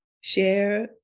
share